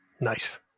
Nice